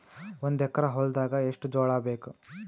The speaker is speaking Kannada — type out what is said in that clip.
ಒಂದು ಎಕರ ಹೊಲದಾಗ ಎಷ್ಟು ಜೋಳಾಬೇಕು?